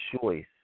choice